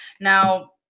now